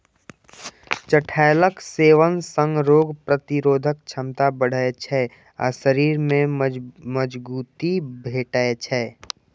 चठैलक सेवन सं रोग प्रतिरोधक क्षमता बढ़ै छै आ शरीर कें मजगूती भेटै छै